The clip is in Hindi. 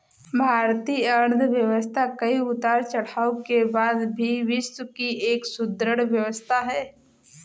भारतीय अर्थव्यवस्था कई उतार चढ़ाव के बाद भी विश्व की एक सुदृढ़ व्यवस्था है